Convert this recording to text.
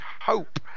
Hope